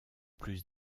plus